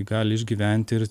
gali išgyventi ir